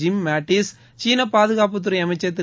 gym Mattis சீன பாதுகாப்புத்துறை அமைச்ச் திரு